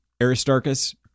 Aristarchus